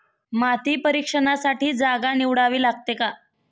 माती परीक्षणासाठी जागा निवडावी लागते का?